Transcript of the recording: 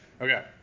Okay